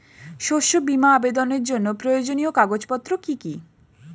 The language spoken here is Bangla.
শস্য বীমা আবেদনের জন্য প্রয়োজনীয় কাগজপত্র কি কি?